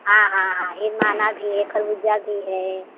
हाँ हाँ हाँ हिरमाना भी है खरबूजा भी है